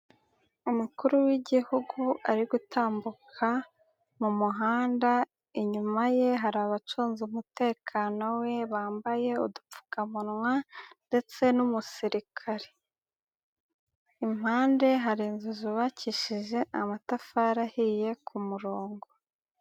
Umukuru w'igihugu ari gutambuka mu muhanda, inyuma ye hari abacunze umutekano we, bambaye udupfukamunwa ndetse n'umusirikare. Impande hari inzu zubakishije amatafari ahiye ku murongo.